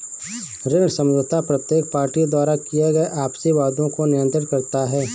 ऋण समझौता प्रत्येक पार्टी द्वारा किए गए आपसी वादों को नियंत्रित करता है